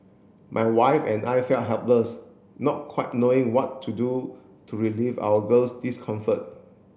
my wife and I felt helpless not quite knowing what to do to relieve our girl's discomfort